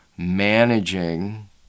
Managing